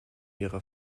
ihrer